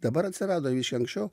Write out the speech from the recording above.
dabar atsirado anksčiau